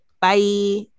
Bye